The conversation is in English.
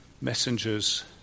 messengers